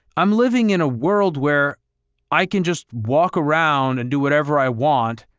i'm living in a world where i can just walk around and do whatever i want.